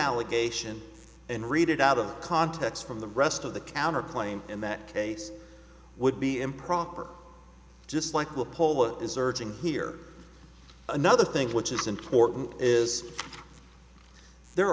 allegation and read it out of context from the rest of the counter claim in that case would be improper just like the poll is searching here another thing which is important is there